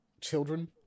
children